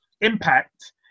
impact